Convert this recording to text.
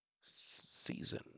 season